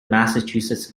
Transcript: massachusetts